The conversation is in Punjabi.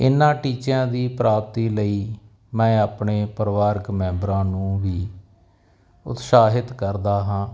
ਇਹਨਾਂ ਟੀਚਿਆਂ ਦੀ ਪ੍ਰਾਪਤੀ ਲਈ ਮੈਂ ਆਪਣੇ ਪਰਿਵਾਰਿਕ ਮੈਂਬਰਾਂ ਨੂੰ ਵੀ ਉਤਸ਼ਾਹਿਤ ਕਰਦਾ ਹਾਂ